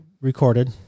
recorded